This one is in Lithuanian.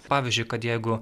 pavyzdžiui kad jeigu